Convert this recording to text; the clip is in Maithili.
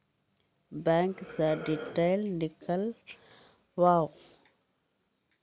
बैंक से डीटेल नीकालव?